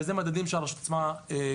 ואלו מדדים שקיימים ברשות עצמה.